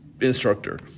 instructor